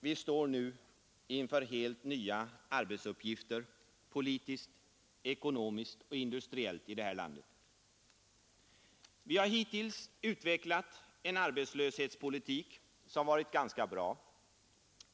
Vi står nu inför helt nya arbetsuppgifter politiskt, ekonomiskt och industriellt. Vi har hittills i detta land utvecklat en arbetslöshetspolitik, som varit ganska bra.